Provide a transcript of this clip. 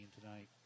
tonight